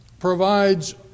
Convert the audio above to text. Provides